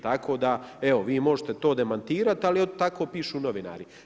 Tako da, evo vi možete to demantirati, ali tako pišu novinari.